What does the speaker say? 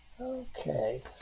Okay